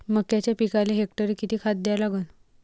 मक्याच्या पिकाले हेक्टरी किती खात द्या लागन?